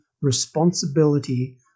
responsibility